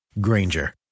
Granger